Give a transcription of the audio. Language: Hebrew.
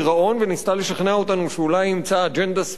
וניסתה לשכנע אותנו שאולי אימצה אג'נדה שמאלית,